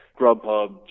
Grubhub